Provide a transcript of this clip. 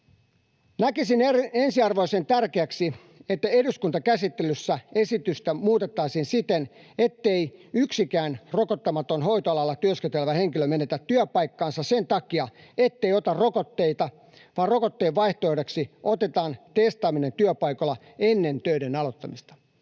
Näkisin ensiarvoisen tärkeäksi, että eduskuntakäsittelyssä esitystä muutettaisiin siten, ettei yksikään rokottamaton hoitoalalla työskentelevä henkilö menetä työpaikkaansa sen takia, ettei ota rokotteita, vaan rokotteen vaihtoehdoksi otetaan testaaminen työpaikoilla ennen töiden aloittamista.